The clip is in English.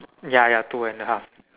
ya ya two and a half